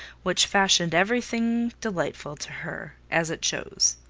which fashioned every thing delightful to her as it chose.